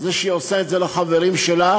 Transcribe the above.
זה שהיא עושה את זה לחברים שלה,